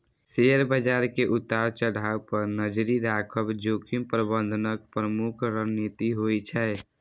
share बाजार के उतार चढ़ाव पर नजरि राखब जोखिम प्रबंधनक प्रमुख रणनीति होइ छै